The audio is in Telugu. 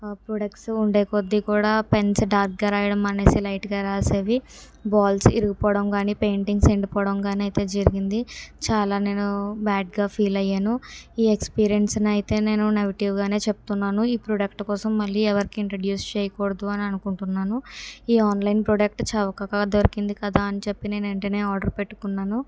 ఆ ప్రొడక్ట్స్ ఉండేకొద్దీ కూడా పెన్స్ డార్క్గా రాయడం అనేసి లైట్గా రాసేవి బాల్స్ ఇరిగిపోవడం కాని పెయింటింగ్స్ ఎండిపోవడం కాని అయితే జరిగింది చాలా నేను బ్యాడ్గా ఫీల్ అయ్యాను ఈ ఎక్పీరియెన్స్ అయితే నేను నెగిటివ్గానే చెప్తున్నాను ఈ ప్రోడక్ట్ కోసం మళ్ళీ ఎవరికీ ఇంట్రడ్యుస్ చేయకూడదు అననుకుంటున్నాను ఈ ఆన్లైన్ ప్రోడక్ట్ చవకగా దొరికింది కదా అని చెప్పి నేను వెంటనే ఆర్డర్ పెట్టుకున్నాను